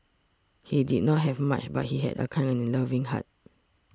he did not have much but he had a kind and loving heart